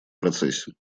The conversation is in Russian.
процессе